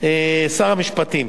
שר המשפטים,